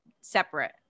separate